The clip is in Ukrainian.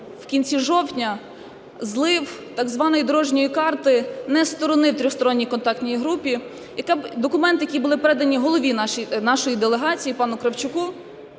в кінці жовтня "злив" так званої дорожньої карти, не зі сторони Тристоронньої контактної групи, документи, які були передані голові нашої делегації пану Кравчуку,